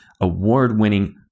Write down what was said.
award-winning